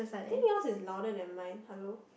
think yours is louder than mine hello